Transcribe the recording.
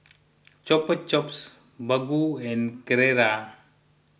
Chupa Chups Baggu and Carrera